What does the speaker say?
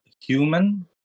human